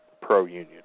pro-union